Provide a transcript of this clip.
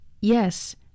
Yes